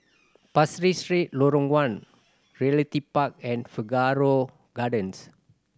Pasir Ris Street Lorong One Realty Park and Figaro Gardens